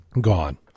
gone